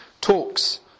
talks